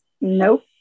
Nope